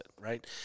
right